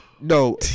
no